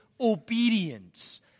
obedience